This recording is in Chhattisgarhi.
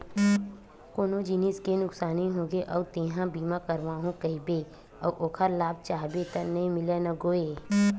कोनो जिनिस के नुकसानी होगे अउ तेंहा बीमा करवाहूँ कहिबे अउ ओखर लाभ चाहबे त नइ मिलय न गोये